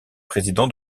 présidents